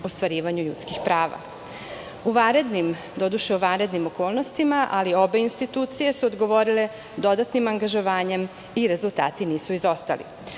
ostvarivanju ljudskih prava. Doduše, u vanrednim okolnostima, ali obe institucije su odgovorile dodatnim angažovanjem i rezultati nisu